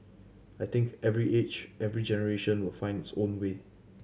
I think every age every generation will find its own way